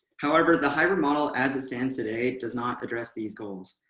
however, the hybrid model, as it stands today does not address these goals.